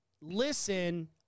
listen